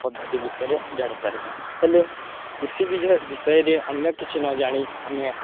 ପଦ୍ଧତି ବିଷୟରେ ଜାଣିପାରିବା ହେଲେ କୃଷି ବିଷୟରେ ଅନ୍ୟ କିଛି ନ ଜାଣି ଆମେ